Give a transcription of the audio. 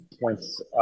points